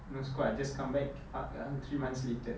no school uh just come back uh three months later